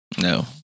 No